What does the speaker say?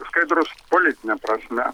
skaidrus politine prasme